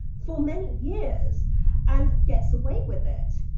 for many years and gets away with it.